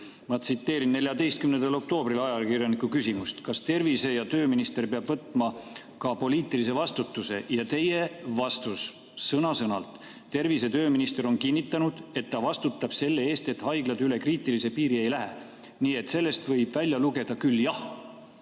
Ma tsiteerin 14. oktoobril esitatud ajakirjaniku küsimust: "Kas tervise- ja tööminister peab võtma ka poliitilise vastutuse?" Ja teie vastus sõna-sõnalt: "Tervise- ja tööminister on kinnitanud, et ta vastutab selle eest, et haiglad üle kriitilise piiri ei lähe. Nii et sellest võib välja lugeda küll jah."